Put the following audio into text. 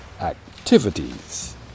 activities